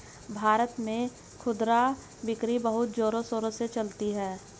भारत में खुदरा बिक्री बहुत जोरों शोरों से चलती है